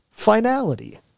finality